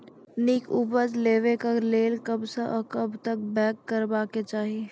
नीक उपज लेवाक लेल कबसअ कब तक बौग करबाक चाही?